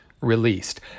released